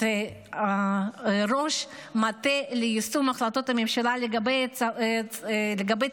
את ראש המטה ליישום החלטות הממשלה לגבי הצפון,